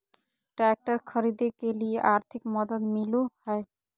Tractor खरीदे के लिए आर्थिक मदद मिलो है?